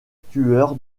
tueur